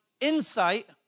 insight